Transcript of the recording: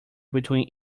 between